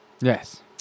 Yes